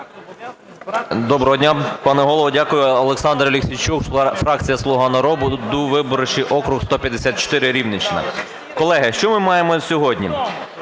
Доброго дня! Пане Голово, дякую. Олександр Аліксійчук фракція "Слуга народу", виборчий округ 154, Рівненщина. Колеги, що ми маємо на сьогодні